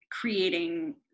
creating